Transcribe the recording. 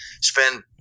spend –